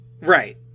Right